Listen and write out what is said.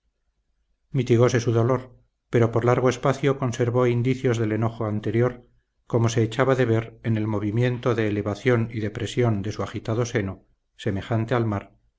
campiña mitigóse su dolor pero por largo espacio conservó indicios del enojo anterior como se echaba de ver en el movimiento de elevación y depresión de su agitado seno semejante al mar